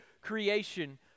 creation